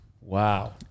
Wow